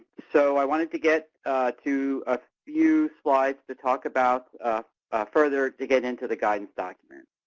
so, i wanted to get to a few slides to talk about further to get into the guidance document.